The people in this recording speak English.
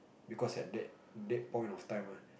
because at that that point of time right